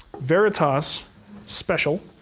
veritas special.